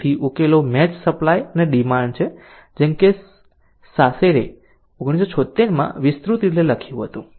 તેથી ઉકેલો match supply અને ડિમાન્ડ છે જેમ કે સાસેરે 1976 માં વિસ્તૃત રીતે લખ્યું હતું